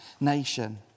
nation